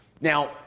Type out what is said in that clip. Now